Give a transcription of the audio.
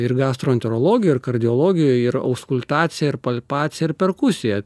ir gastroenterologijoj ir kardiologijoj ir auskultaciją ir palpaciją ir perkusiją